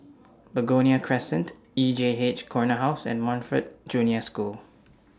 Begonia Crescent E J H Corner House and Montfort Junior School